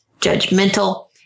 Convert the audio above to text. judgmental